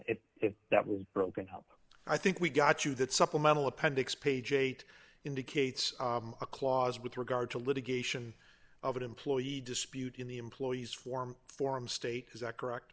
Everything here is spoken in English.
it if that will broken help i think we got you that supplemental appendix page eight indicates a clause with regard to litigation of an employee dispute in the employees form form state is that correct